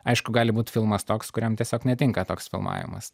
aišku gali būt filmas toks kuriam tiesiog netinka toks filmavimas